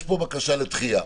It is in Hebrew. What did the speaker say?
יש פה בקשה לדחייה